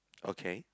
okay